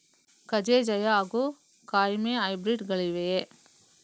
ಕಜೆ ಜಯ ಹಾಗೂ ಕಾಯಮೆ ಹೈಬ್ರಿಡ್ ಗಳಿವೆಯೇ?